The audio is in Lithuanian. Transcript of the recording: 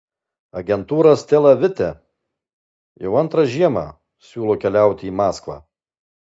agentūra stela vite jau antrą žiemą siūlo keliauti į maskvą